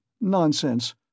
Nonsense